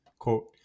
Quote